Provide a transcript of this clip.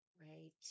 right